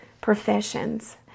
professions